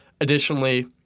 Additionally